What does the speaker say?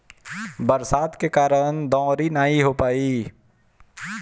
बरसात के कारण दँवरी नाइ हो पाई